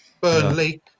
Burnley